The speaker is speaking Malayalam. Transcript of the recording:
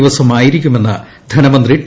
ദിവസമായിരിക്കുമെന്ന് ധനമന്ത്രി ടി